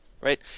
right